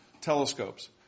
telescopes